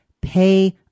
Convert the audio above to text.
pay